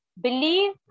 believe